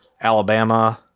Alabama